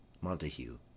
Montague